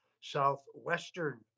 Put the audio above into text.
southwestern